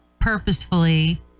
purposefully